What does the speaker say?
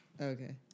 Okay